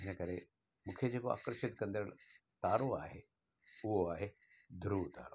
हिन करे मूंखे जेको आकर्षित कंदड़ तारो आहे उहो आहे ध्रुवतारो